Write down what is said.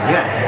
Yes